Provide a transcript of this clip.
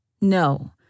No